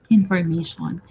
information